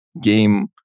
game